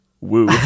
woo